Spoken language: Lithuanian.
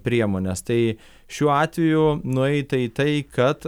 priemones tai šiuo atveju nueita į tai kad